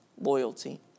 loyalty